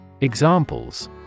Examples